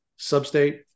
substate